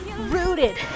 rooted